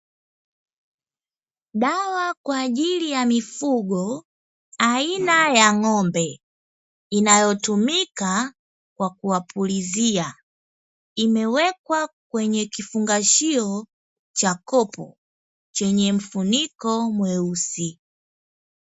Dawa kwa ajili ya mifugo aina ya ng'ombe inayotumika kwa kuwapulizia imewekwa kwenye kifungashio cha kopo chenye mfuniko mweusi.